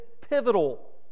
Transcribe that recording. pivotal